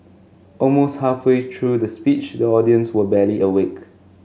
almost halfway through the speech the audience were barely awake